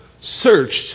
searched